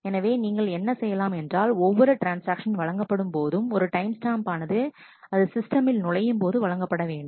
எனவே எனவே நீங்கள் என்ன செய்யலாம் என்றால் ஒவ்வொரு ட்ரான்ஸ்ஆக்ஷன் வழங்கப்படும்போது ஒரு டைம் ஸ்டாம்ப் ஆனது அது சிஸ்டமில் நுழையும்போது வழங்கப்பட வேண்டும்